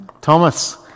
Thomas